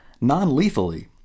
non-lethally